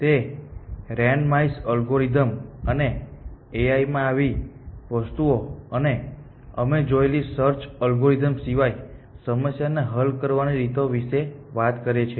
તે randomized algorithms અને AI માં આવી વસ્તુઓ અને અમે જોયેલી સર્ચ એલ્ગોરિધમ સિવાય સમસ્યાને હલ કરવાની રીતો વિશે વાત કરે છે